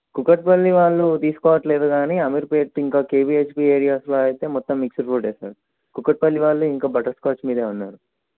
కూకట్పల్లి వాళ్ళు తీసుకోవట్లేదు కానీ అమీర్పేట్ ఇంకా కేవీహెచ్పి ఏరియాస్లో అయితే మొత్తం మిక్స్డ్ ఫ్రూట్ సార్ కూకట్పల్లి వాళ్ళు ఇంకా బట్టర్స్కాచ్ మీదే ఉన్నారు